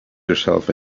yourself